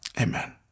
amen